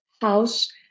house